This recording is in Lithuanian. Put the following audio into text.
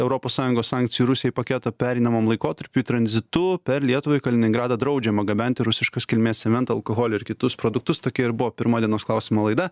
europos sąjungos sankcijų rusijai paketo pereinamam laikotarpiui tranzitu per lietuvą į kaliningradą draudžiama gabenti rusiškos kilmės cementą alkoholį ir kitus produktus tokia ir buvo pirmo dienos klausimo laida